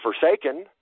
forsaken